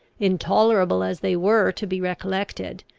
intolerable as they were to be recollected,